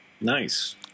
Nice